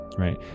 right